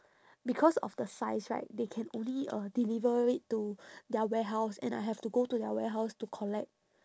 because of the size right they can only uh deliver it to their warehouse and I have to go to their warehouse to collect